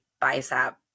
bicep